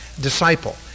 disciple